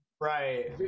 Right